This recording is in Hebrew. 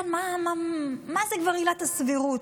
כן, מה זה כבר עילת הסבירות?